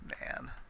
Man